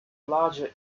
larger